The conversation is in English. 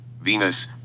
Venus